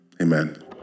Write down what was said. Amen